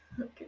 Okay